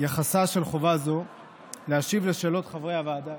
יחסה של חובה זו להשיב על שאלות חברי הוועדה,